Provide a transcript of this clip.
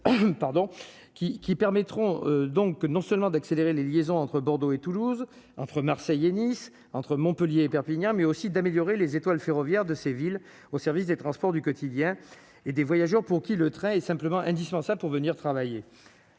qui permettront donc non seulement d'accélérer les liaisons entre Bordeaux et Toulouse, entre Marseille et Nice entre Montpellier et Perpignan, mais aussi d'améliorer les étoiles ferroviaire de ces villes, au service des transports du quotidien et des voyageurs, pour qui le train simplement indispensable pour venir travailler,